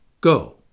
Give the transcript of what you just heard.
go